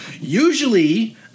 usually